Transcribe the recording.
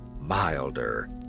Milder